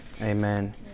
Amen